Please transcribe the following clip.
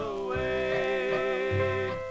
away